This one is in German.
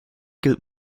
gilt